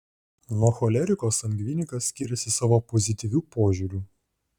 nuo choleriko sangvinikas skiriasi savo pozityviu požiūriu